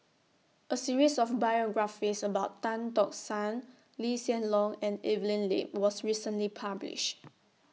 A series of biographies about Tan Tock San Lee Hsien Loong and Evelyn Lip was recently published